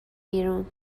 بیرون